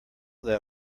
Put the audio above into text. that